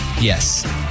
Yes